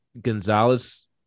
Gonzalez